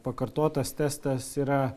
pakartotas testas yra